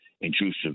intrusive